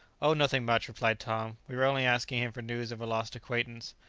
oh, nothing much, replied tom we were only asking him for news of a lost acquaintance.